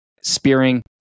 spearing